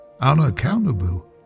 unaccountable